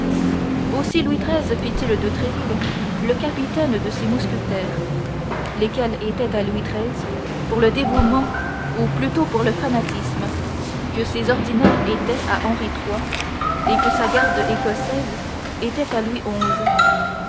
aussi louis xiii fit-il de tréville le capitaine de ses mousquetaires lesquels étaient à louis xiii pour le dévouement ou plutôt pour le fanatisme ce que ses ordinaires étaient à henri iii et ce que sa garde écossaise était à louis